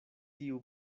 tiu